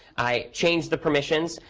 i change the permissions.